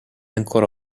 ancora